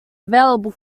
available